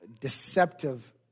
deceptive